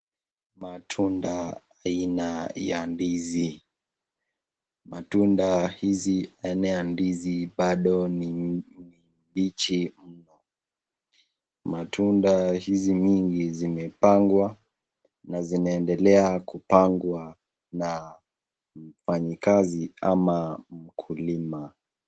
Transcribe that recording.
Matunda aina ya ndizi, matunda hizi aina ya ndizi bado ni mbichi mno. Matunda hizi mingi zimepangwa na zinaendelea kupangwa na mfanyikazi ama mkulima.